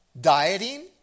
dieting